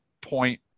point